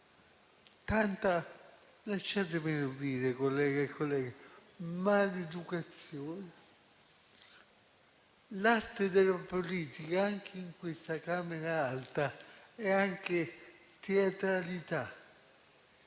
tanta - lasciatemelo dire, colleghe e colleghi - maleducazione. L'arte della politica, anche in questa Camera alta, è anche teatralità,